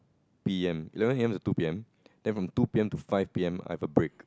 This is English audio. P_M eleven A_M to two P_M then from two P_M to five P_M I have a break